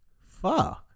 Fuck